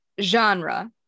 genre